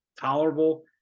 tolerable